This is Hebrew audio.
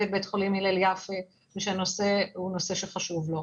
את בית החולים הילל יפה ושהנושא חשוב לו,